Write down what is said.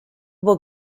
will